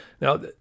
Now